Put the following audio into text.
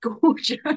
gorgeous